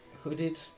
hooded